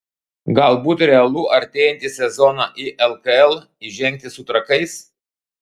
galbūt realu artėjantį sezoną į lkl įžengti su trakais